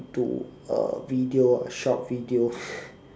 to a video short video